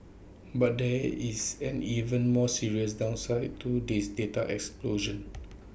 but there is an even more serious downside to this data explosion